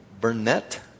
Burnett